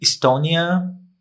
Estonia